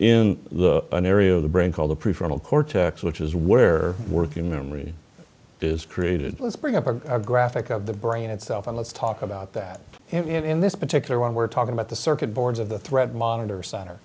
the an area of the brain called the prefrontal cortex which is where working memory is created let's bring up a graphic of the brain itself and let's talk about that in this particular one we're talking about the circuit boards of the threat monitor cent